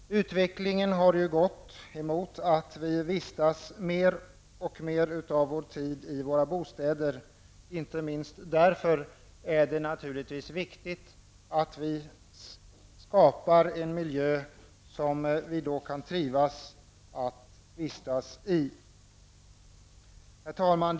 Utvecklingen har gått mot att vi vistas mer och mer av vår tid i våra bostäder. Inte minst därför är det naturligtvis viktigt att vi skapar en miljö som vi kan trivas att vistas i. Herr talman!